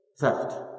Theft